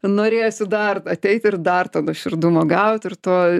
norėjosi dar ateiti ir dar tada širdumo gauti ir to